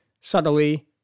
subtly